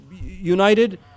united